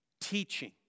teaching